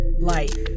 life